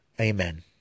Amen